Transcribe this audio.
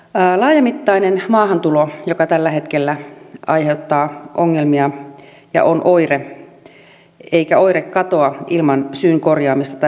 laajamittainen maahantulo joka tällä hetkellä aiheuttaa ongelmia on oire eikä oire katoa ilman syyn korjaamista tai parantamista